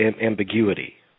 ambiguity